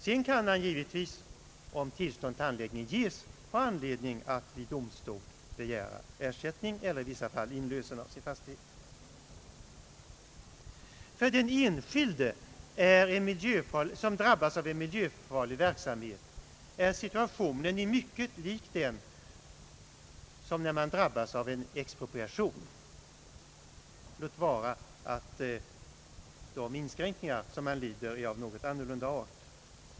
Han kan givetvis, om tillstånd till anläggningen ges, ha anledning att vid domstol begära ersättning eller i vissa fall inlösen av sin fastighet. För den enskilde som drabbas av miljöfarlig verksamhet är situationen mycket lik den som föreligger när man drabbas av expropriation, låt vara att de inskränk ningar som han lider av är av något annorlunda art.